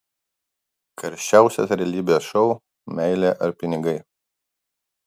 karščiausias realybės šou meilė ar pinigai